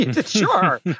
sure